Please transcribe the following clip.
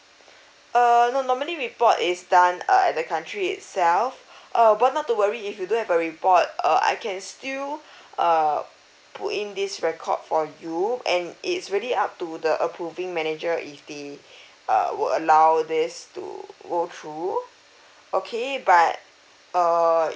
err no normally report is done uh at the country itself uh but not to worry if you don't have a report uh I can still uh put in this record for you and it's really up to the approving manager if they uh will allow this to go through okay but err